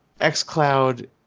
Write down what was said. xCloud